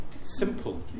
simple